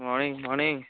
morning morning